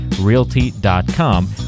realty.com